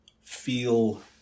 feel